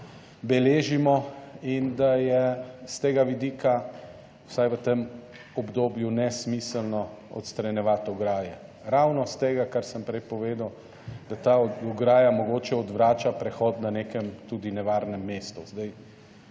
beležimo in da je s tega vidika vsaj v tem obdobju nesmiselno odstranjevati ograje. Ravno iz tega, kar sem prej povedal, da ta ograja mogoče odvrača prehod na nekem tudi nevarnem mestu.